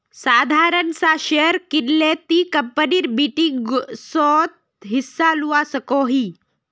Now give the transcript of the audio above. साधारण सा शेयर किनले ती कंपनीर मीटिंगसोत हिस्सा लुआ सकोही